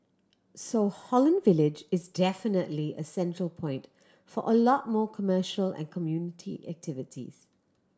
so Holland Village is definitely a central point for a lot more commercial and community activities